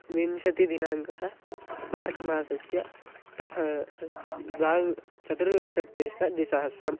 विंशतिदिनाङ्कः मार्च् मासस्य प्रथ द्वाविं चतुर्विंशत्यधिकद्विसहस्रम्